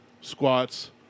squats